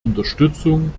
unterstützung